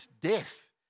death